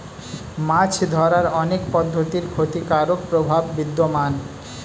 মাছ ধরার অনেক পদ্ধতির ক্ষতিকারক প্রভাব বিদ্যমান